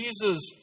Jesus